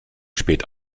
spät